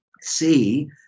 see